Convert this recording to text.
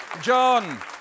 John